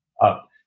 up